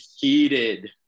heated